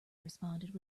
responded